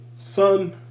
son